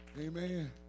Amen